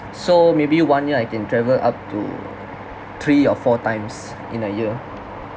so maybe one year I can travel up to three or four times in a year